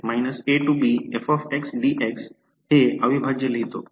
तर काय होते ते मी हे अविभाज्य लिहितो